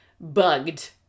bugged